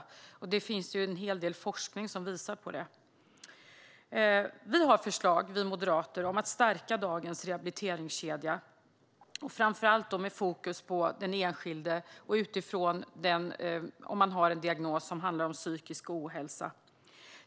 Det finns en hel del forskning som visar på det. Vi moderater har förslag om att stärka dagens rehabiliteringskedja, framför allt med fokus på den enskilde och om man har en diagnos som handlar om psykisk ohälsa.